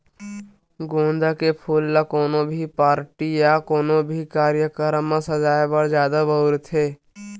गोंदा के फूल ल कोनो भी पारटी या कोनो भी कार्यकरम म सजाय बर जादा बउरथे